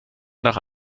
nach